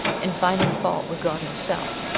and finding fault with god himself,